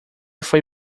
foi